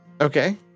Okay